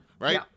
right